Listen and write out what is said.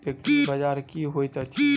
एग्रीबाजार की होइत अछि?